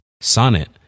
Sonnet